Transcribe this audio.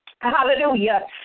Hallelujah